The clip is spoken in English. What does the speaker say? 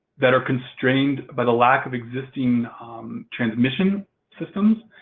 that are constrained by the lack of existing transmission systems.